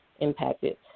impacted